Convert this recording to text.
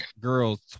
girls